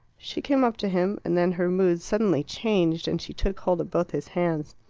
she came up to him, and then her mood suddenly changed, and she took hold of both his hands.